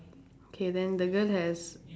K then the girl has